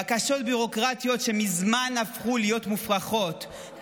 בקשות ביורוקרטיות שמזמן הפכו להיות מופרכות,